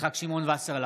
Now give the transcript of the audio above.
יצחק שמעון וסרלאוף,